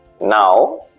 Now